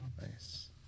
nice